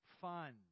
fun